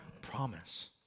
promise